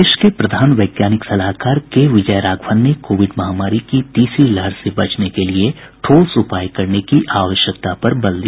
देश के प्रधान वैज्ञानिक सलाहकार के विजय राघवन ने कोविड महामारी की तीसरी लहर से बचने के लिए ठोस उपाय करने की आवश्यकता पर बल दिया